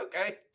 Okay